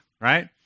right